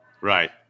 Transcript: Right